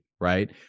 right